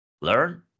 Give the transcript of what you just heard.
learn